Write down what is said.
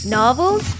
novels